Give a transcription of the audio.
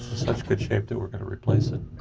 such good shape that we're going to replace it.